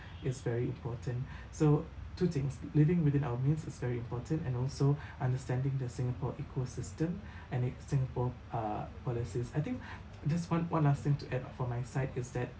is very important so two things living within our means is very important and also understanding the singapore ecosystem and it singapore uh policies I think just one one last thing to add for my side is that